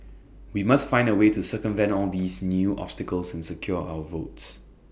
we must find A way to circumvent all these new obstacles and secure our votes